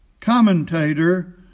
commentator